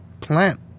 Plant